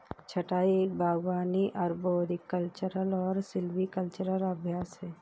छंटाई एक बागवानी अरबोरिकल्चरल और सिल्वीकल्चरल अभ्यास है